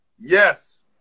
Yes